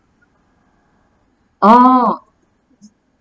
oh